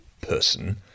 person